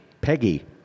Peggy